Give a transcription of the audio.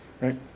right